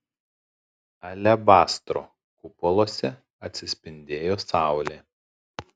alebastro kupoluose atsispindėjo saulė